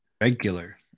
Regular